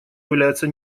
является